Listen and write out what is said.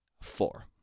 four